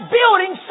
building